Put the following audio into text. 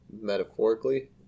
metaphorically